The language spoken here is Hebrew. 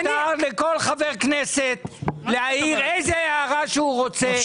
מותר לכל חבר כנסת להעיר איזו הערה שהוא רוצה.